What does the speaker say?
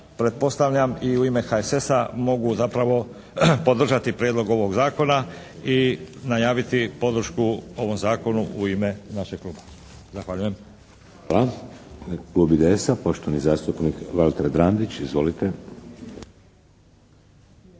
pretpostavljam i u ime HSS-a mogu zapravo podržati prijedlog ovog zakona i najaviti podršku ovom zakonu u ime našeg kluba. Zahvaljujem. **Šeks, Vladimir (HDZ)** Hvala. Klub IDS-a, poštovani zastupnik Valter Drandić. Izvolite.